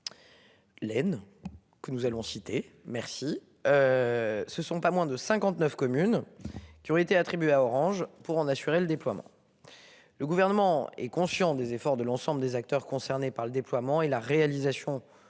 ce sont. Que nous allons citer merci. Ce sont pas moins de 59 communes. Qui ont été attribuées à Orange pour en assurer le déploiement. Le gouvernement est conscient des efforts de l'ensemble des acteurs concernés par le déploiement et la réalisation du plan